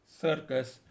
circus